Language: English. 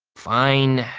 fine,